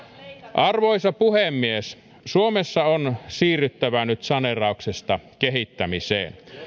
arvoisa puhemies suomessa on siirryttävä nyt saneerauksesta kehittämiseen